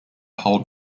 hull